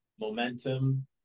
momentum